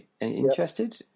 interested